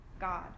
God